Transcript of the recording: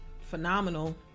phenomenal